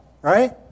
right